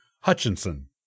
Hutchinson